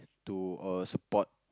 to uh support